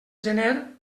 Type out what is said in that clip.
gener